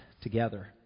together